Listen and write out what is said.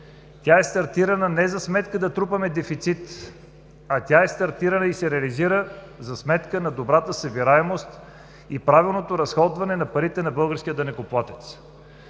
е стартирана не за сметка на това да трупаме дефицит, а е стартирана и се реализира за сметка на добрата събираемост и правилното разходване на парите на българския данъкоплатец.